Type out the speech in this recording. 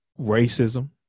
racism